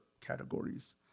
categories